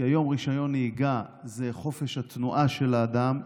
כי היום רישיון נהיגה זה חופש התנועה של האדם.